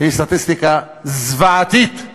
היא סטטיסטיקה זוועתית,